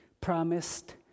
Promised